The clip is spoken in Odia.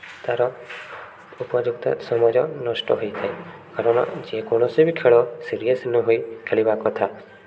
ତା'ର ଉପଯୁକ୍ତ ସମୟର ନଷ୍ଟ ହୋଇଥାଏ କାରଣ ଯେକୌଣସି ବି ଖେଳ ସିରିୟସ୍ ନହୋଇ ଖେଳିବା କଥା